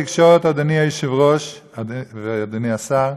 תיק התקשורת, אדוני היושב-ראש ואדוני השר,